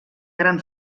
gran